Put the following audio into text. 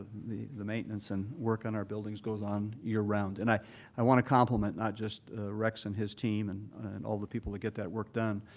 the the maintenance and work on our buildings goes on year-round. and i i want to compliment not just rex and his team and and all the people that get that work done,